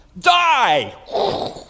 die